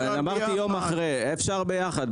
אמרתי יום אחרי, אבל אפשר ביחד.